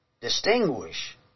distinguish